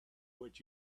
what